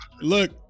Look